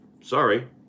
sorry